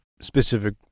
specific